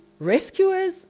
rescuers